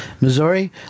Missouri